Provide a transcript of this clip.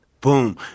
Boom